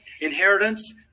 inheritance